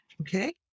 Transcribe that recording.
Okay